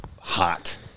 hot